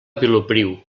vilopriu